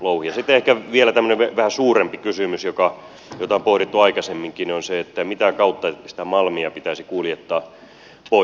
sitten ehkä vielä tämmöinen vähän suurempi kysymys jota on pohdittu aikaisemminkin on se mitä kautta sitä malmia pitäisi kuljettaa pois